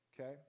Okay